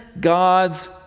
God's